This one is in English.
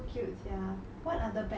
birds like parrots